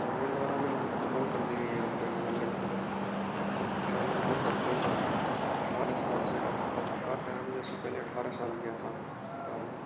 government द्वारा भी उम्र कर दी गई है निर्धा निर्धारित शिक्षा में जैसे पढ़ते अठारह साल से अब अब का टाइम जैसे पहले अठारह साल किया था सरकार ने